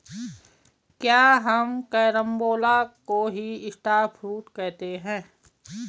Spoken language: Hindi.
क्या हम कैरम्बोला को ही स्टार फ्रूट कहते हैं?